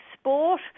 sport